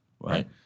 Right